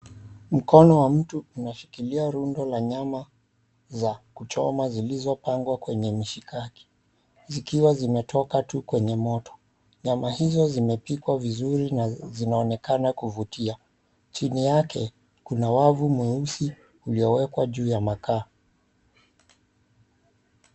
Mkono wa mtu unashikilia rundo la nyama za kuchoma zilizopangwa kwenye mishikaki, zikiwa zimetoka tu kwenye moto. Nyama hizo zimepikwa vizuri na zinaonekana kuvutia. Chini yake, kuna wavu mweusi uliowekwa juu ya makaa.